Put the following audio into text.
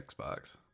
Xbox